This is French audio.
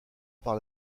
par